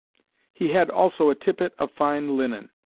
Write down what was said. he had also a tippet of fine linen.